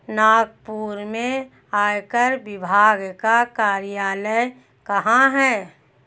नागपुर में आयकर विभाग का कार्यालय कहाँ है?